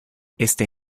este